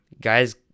guys